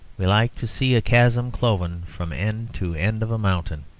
we like to see a chasm cloven from end to end of a mountain.